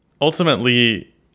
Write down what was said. ultimately